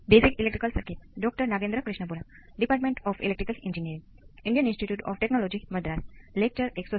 ચાલો આપણે આ તરફ જઈએ આ વિભેદક માં થોડો ફેરફાર કરવા દો